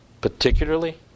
particularly